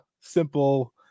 simple